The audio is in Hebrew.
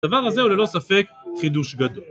‫הדבר הזה הוא ללא ספק חידוש גדול.